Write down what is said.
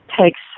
takes